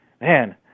man